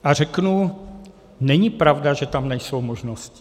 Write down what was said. A řeknu, není pravda, že tam nejsou možnosti.